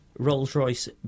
Rolls-Royce